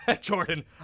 Jordan